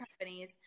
companies